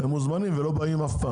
אבל הם לא באים אף פעם.